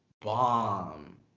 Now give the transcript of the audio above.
bomb